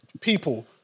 people